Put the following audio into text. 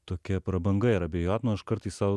tokia prabanga yra abejot nu aš kartais sau